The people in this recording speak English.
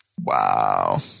Wow